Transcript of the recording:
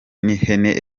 n’ihene